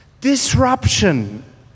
Disruption